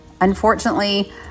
Unfortunately